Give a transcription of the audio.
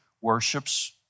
worships